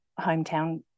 hometown